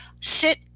sit